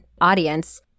audience